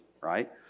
right